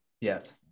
Yes